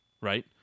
right